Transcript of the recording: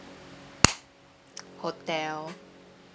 hotel